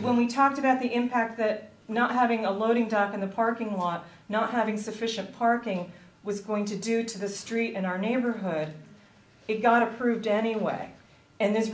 when we talked about the impact that not having a loading time in the parking lot not having sufficient parking was going to do it to the street in our neighborhood it got approved anyway and there's